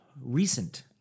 recent